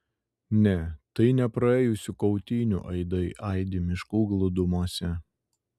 ne tai ne praėjusių kautynių aidai aidi miškų glūdumose